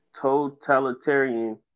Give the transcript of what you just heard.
totalitarian